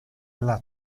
alla